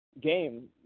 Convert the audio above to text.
game